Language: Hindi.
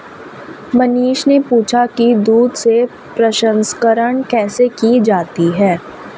मनीष ने पूछा कि दूध के प्रसंस्करण कैसे की जाती है?